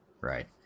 right